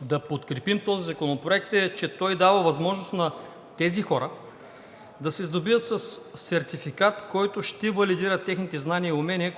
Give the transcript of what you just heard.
да подкрепим Законопроекта е, че той дава възможност на тези хора да се сдобият със сертификат, който да валидира техните знания и умения,